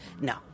No